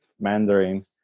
Mandarin